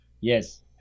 Yes